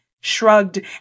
shrugged